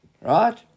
right